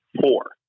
four